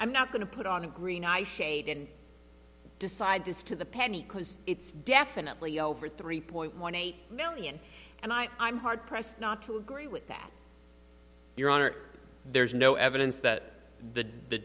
i'm not going to put on a green eye shade and decide this to the penny it's definitely over three point one eight million and i am hard pressed not to agree with that your honor there's no evidence that the